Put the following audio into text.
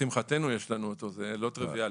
לשמחתנו יש לנו אותו, זה לא טריוויאלי.